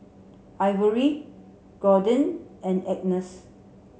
Ivory Jordyn and Agnes